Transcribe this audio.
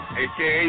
aka